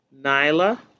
Nyla